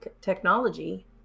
technology